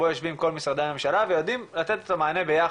יושבים כל משרדי הממשלה ויודעים לתת את המענה ביחד,